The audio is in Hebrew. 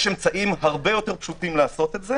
יש אמצעים הרבה יותר פשוטים לעשות את זה